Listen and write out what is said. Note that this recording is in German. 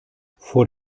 vor